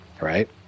right